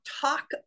talk